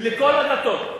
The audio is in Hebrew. לכל הדתות.